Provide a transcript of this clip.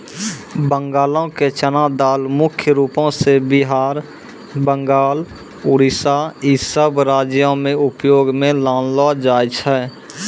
बंगालो के चना दाल मुख्य रूपो से बिहार, बंगाल, उड़ीसा इ सभ राज्यो मे उपयोग मे लानलो जाय छै